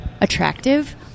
attractive